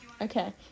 Okay